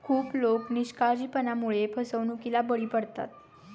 खूप लोक निष्काळजीपणामुळे फसवणुकीला बळी पडतात